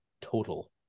total